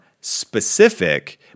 specific